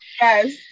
Yes